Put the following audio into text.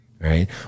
Right